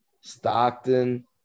stockton